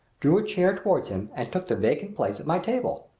drew a chair toward him and took the vacant place at my table.